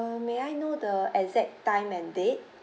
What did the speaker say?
may I know the exact time and date